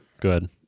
Good